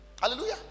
Hallelujah